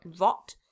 rot